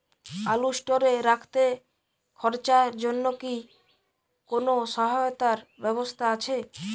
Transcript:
আলু স্টোরে রাখতে খরচার জন্যকি কোন সহায়তার ব্যবস্থা আছে?